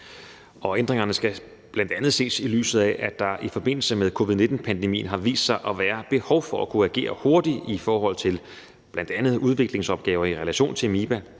Ændringerne skal bl.a. ses i lyset af, at der i forbindelse med covid-19-pandemien har vist sig at være behov for at kunne agere hurtigt i forhold til bl.a. udviklingsopgaver i relation til MiBa,